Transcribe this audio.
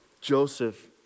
Joseph